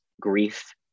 grief